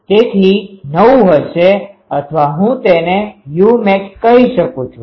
તેથી નવું હશે અથવા હું તેને umax કહી શકું છું